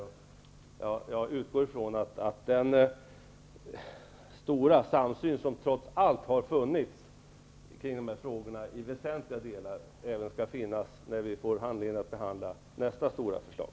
Jag utgår ifrån att den stora samsyn, som trots allt har funnits i dessa frågor, i väsentliga delar även skall finnas när vi får anledning att behandla nästa stora förslag.